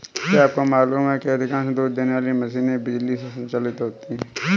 क्या आपको मालूम है कि अधिकांश दूध देने वाली मशीनें बिजली से संचालित होती हैं?